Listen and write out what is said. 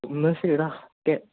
എന്നാൽ ശരി ഡാ ഓക്കെ